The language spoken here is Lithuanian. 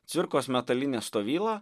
cvirkos metalinę stovylą